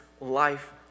life